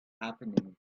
happening